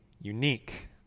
unique